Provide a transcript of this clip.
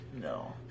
No